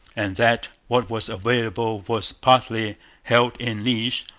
and that what was available was partly held in leash,